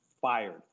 fired